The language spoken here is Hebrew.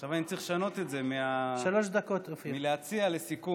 עכשיו אני צריך לשנות את זה מהצעה לסיכום.